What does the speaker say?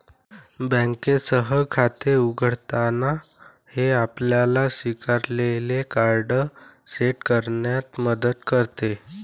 बँकेसह खाते उघडताना, हे आपल्याला स्वीकारलेले कार्ड सेट करण्यात मदत करते